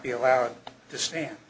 be allowed to stand